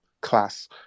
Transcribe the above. class